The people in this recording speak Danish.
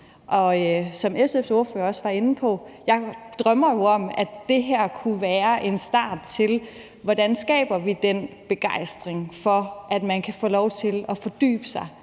var SF's ordfører også inde på – at det her kunne være en start på at skabe den begejstring for, at man kan få lov til at fordybe sig,